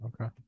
okay